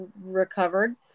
recovered